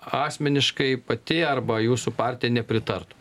asmeniškai pati arba jūsų partija nepritartų